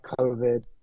covid